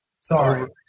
Sorry